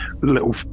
little